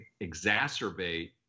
exacerbate